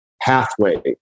pathway